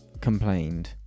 complained